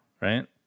right